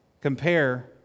Compare